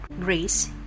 grace